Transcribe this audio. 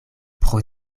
pro